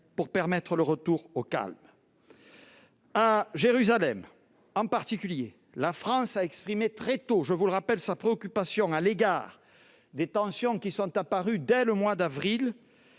pour permettre le retour au calme. À Jérusalem, en particulier, la France a exprimé très tôt sa préoccupation à l'égard des tensions, apparues dès le mois d'avril